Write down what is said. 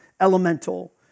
elemental